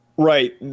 Right